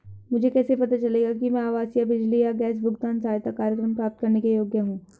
मुझे कैसे पता चलेगा कि मैं आवासीय बिजली या गैस भुगतान सहायता कार्यक्रम प्राप्त करने के योग्य हूँ?